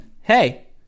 Hey